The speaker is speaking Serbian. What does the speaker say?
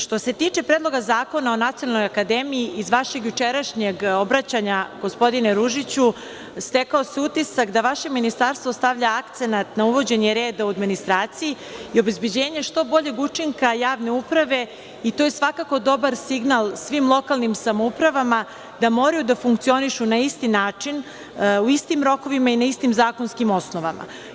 Što se tiče Predloga zakona o Nacionalnoj akademiji, iz vašeg jučerašnjeg obraćanja, gospodine Ružiću, stekao se utisak da vaše ministarstvo stavlja akcenat na uvođenje reda u administraciji i obezbeđenje što boljeg učinka javne uprave i to je svakako dobar signal svim lokalnim samoupravama da moraju da funkcionišu na isti način, u istim rokovima i u istim zakonskim osnovama.